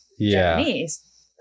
Japanese